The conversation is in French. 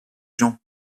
gens